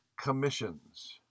Commissions